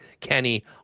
Kenny